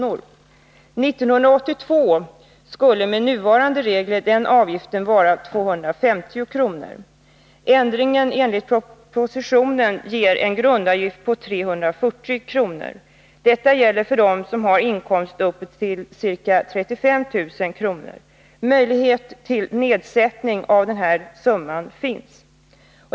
År 1982 skulle med nuvarande regler den avgiften vara 250 kr. Ändringen enligt propositionen ger en grundavgift på 340 kr. Detta gäller för dem som har en inkomst upp till ca 35 000 kr. Möjlighet till nedsättning av den här summan finns.